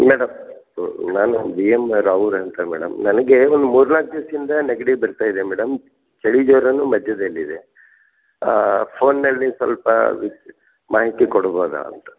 madam ನಾನು B ಎಮ್ನ ರಾಹುಲ್ ಅಂತ ಮೇಡಮ್ ನನಗೆ ಒಂದು ಮೂರ್ನಾಲ್ಕು ದಿವ್ಸದಿಂದ ನೆಗಡಿ ಬರ್ತಾಯಿದೆ ಮೇಡಮ್ ಚಳಿ ಜ್ವರನೂ ಮಧ್ಯದಲ್ಲಿದೆ ಫೋನಲ್ಲಿ ಸ್ವಲ್ಪ ಮಾಹಿತಿ ಕೊಡ್ಬಹುದ ಅಂತ